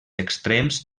extrems